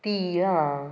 तिळ्ळां